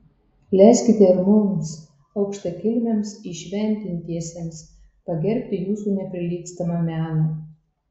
leiskite ir mums aukštakilmiams įšventintiesiems pagerbti jūsų neprilygstamą meną